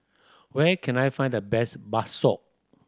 where can I find the best bakso